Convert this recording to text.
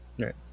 Right